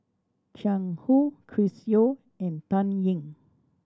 Jiang Hu Chris Yeo and Dan Ying